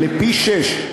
פי-שישה,